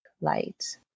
light